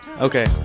Okay